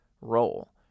role